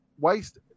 waste